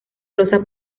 losa